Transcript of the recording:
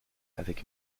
avec